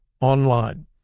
online